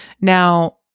Now